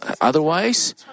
otherwise